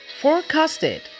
forecasted